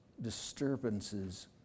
disturbances